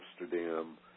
Amsterdam